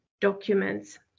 documents